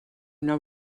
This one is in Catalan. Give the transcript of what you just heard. una